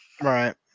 Right